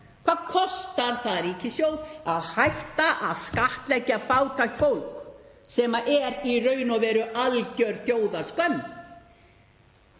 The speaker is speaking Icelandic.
Hvað kostar það ríkissjóð að hætta að skattleggja fátækt fólk, sem er í raun og veru alger þjóðarskömm?